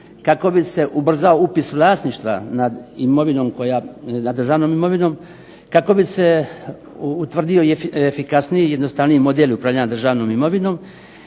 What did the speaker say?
kako bi se ubrzao upis vlasništva nad državnom imovinom, kako bi se utvrdio i efikasniji i jednostavniji model upravljanja državnom imovinom